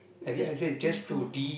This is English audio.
this people